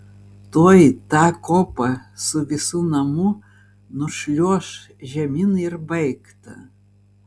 tuoj tą kopą su visu namu nušliuoš žemyn ir baigta